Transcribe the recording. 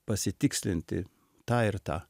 pasitikslinti tą ir tą